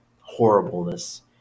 horribleness